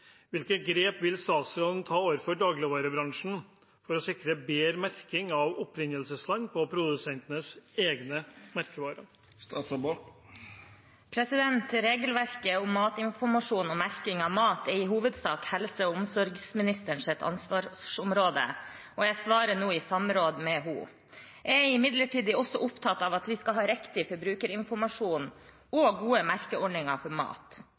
Hvilke grep vil statsråden ta overfor dagligvarebransjen for å sikre bedre merking av opprinnelsesland på produsentenes egne merkevarer?» Regelverket om matinformasjon og merking av mat er i hovedsak helse- og omsorgsministerens ansvarsområde, og jeg svarer nå i samråd med henne. Jeg er imidlertid også opptatt av at vi skal ha riktig forbrukerinformasjon og gode merkeordninger for mat.